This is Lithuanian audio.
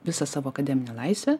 visą savo akademinę laisvę